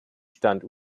stand